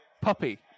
Puppy